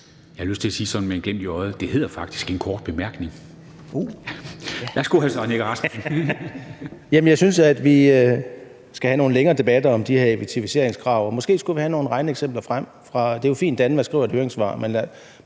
Jeg har lyst til at sige sådan med et glimt i øjet, at det faktisk hedder en kort bemærkning. Værsgo, hr. Søren Egge Rasmussen. Kl. 11:17 Søren Egge Rasmussen (EL): Jamen jeg synes, at vi skal have nogle længere debatter om de her effektiviseringskrav, og måske skulle vi have nogle regneeksempler frem. Det er jo fint, at DANVA skriver et høringssvar, men måske